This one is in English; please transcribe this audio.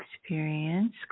experience